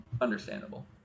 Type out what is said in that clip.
Understandable